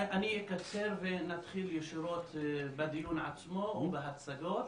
אני אקצר ונתחיל ישירות בדיון עצמו ובהצגות,